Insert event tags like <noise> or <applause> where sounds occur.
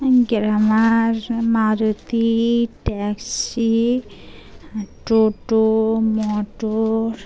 <unintelligible> Maruti taxi টোটো মটর